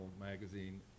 magazine